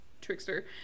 trickster